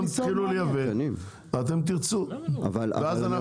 אתם תתחילו לייבא ואתם תרצו ואז אנחנו